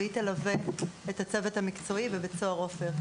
והיא תלווה את הצוות המקצועי בבית סוהר אופק.